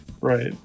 right